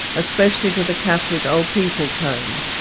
especially to the catholic old people's home.